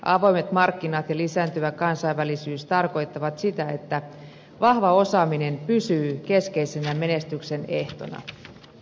avoimet markkinat ja lisääntyvä kansainvälisyys tarkoittavat sitä että vahva osaaminen pysyy keskeisenä menestyksen ehtona